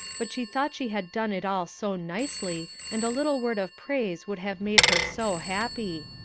but she thought she had done it all so nicely, and a little word of praise would have made her so happy.